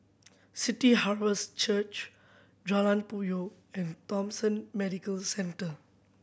City Harvest Church Jalan Puyoh and Thomson Medical Centre